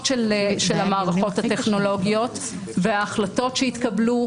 של המערכות הטכנולוגיות וההחלטות שהתקבלו,